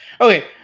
Okay